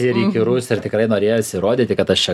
ir įkyrus ir tikrai norėjosi įrodyti kad aš čia